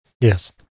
Yes